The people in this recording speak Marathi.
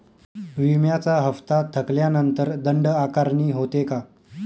विम्याचा हफ्ता थकल्यानंतर दंड आकारणी होते का?